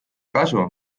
kasu